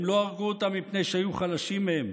הם לא הרגו אותם מפני שהיו חלשים מהם,